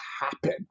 happen